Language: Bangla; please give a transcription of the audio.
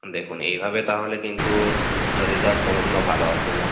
দেখুন এইভাবে তাহলে কিন্তু ওর রেজাল্ট কোনো দিনও ভালো আসবে না